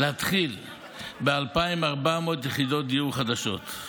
להתחיל ב-2,400 יחידות דיור חדשות.